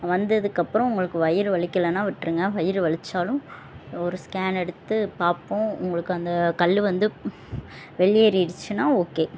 வந்ததுக்கப்புறம் உங்களுக்கு வயிறு வலிக்கலன்னா விட்டுருங்க வயிறு வலித்தாலும் ஒரு ஸ்கேன் எடுத்து பார்ப்போம் உங்களுக்கு அந்த கல் வந்து வெளியேறிடிச்சுனா ஓகே